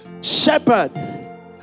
shepherd